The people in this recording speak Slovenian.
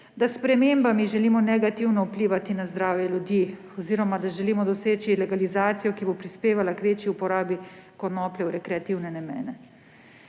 s spremembami želimo negativno vplivati na zdravje ljudi oziroma da želimo doseči legalizacijo, ki bo prispevala k večji uporabi konoplje v rekreativne namene.